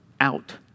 Out